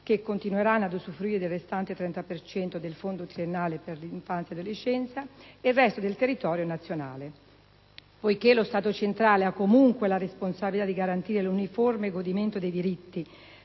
che continueranno ad usufruire del restante 30 per cento del Fondo triennale per l'infanzia e l'adolescenza, ed il resto del territorio nazionale. Poiché lo Stato centrale ha comunque la responsabilità di garantire l'uniforme godimento dei diritti